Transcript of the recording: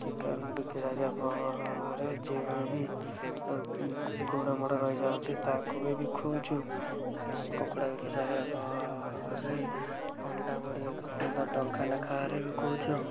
chicken ବିକି ସାରିବା ପରେ ଯେଉଁ ଗୋଡ଼ ମୋଡ଼ ରହିଯାଉଛି ତାକୁ ବି ବିକୁଛୁ କୁକୁଡ଼ା ବିକି ସାରିବା ପରେ ଅଣ୍ଡାଗୁଡ଼ିକ ପନ୍ଦର ଟଙ୍କା ଲେଖାଏଁରେ ବିକୁଛୁ